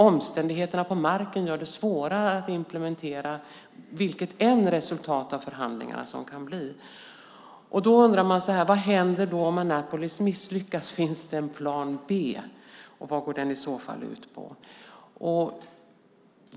Omständigheterna på marken gör det svårare att implementera vilket resultat det än kan bli av förhandlingarna. Då undrar man: Vad händer om Annapolis misslyckas? Finns det en plan B, och vad går den i så fall ut på?